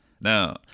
now